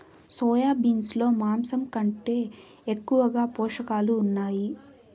soya beans లో మాంసం కంటే ఎక్కువగా పోషకాలు ఉన్నాయి